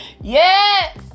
Yes